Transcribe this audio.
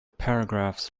paragraphs